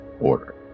order